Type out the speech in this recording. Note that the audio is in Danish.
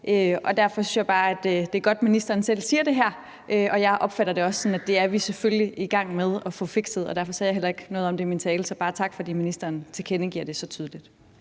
og derfor synes jeg bare, at det er godt, at ministeren selv siger det her. Jeg opfatter det også sådan, at det er vi selvfølgelig i gang med at få fikset, og derfor sagde jeg heller ikke noget om det i min tale. Så bare tak, fordi ministeren tilkendegiver det så tydeligt.